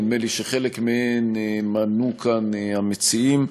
נדמה לי שחלק מהן מנו כאן המציעים.